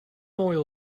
oil